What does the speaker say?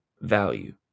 value